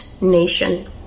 nation